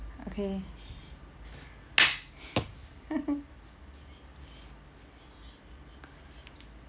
okay